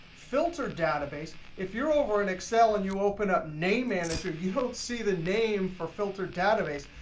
filter database, if you're over in excel and you open up name manager, you don't see the name for filter database.